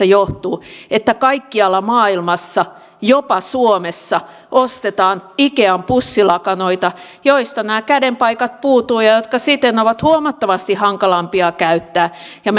johtuu että kaikkialla maailmassa jopa suomessa ostetaan ikean pussilakanoita joista nämä käden paikat puuttuvat ja jotka siten ovat huomattavasti hankalampia käyttää ja